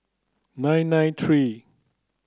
nine nine three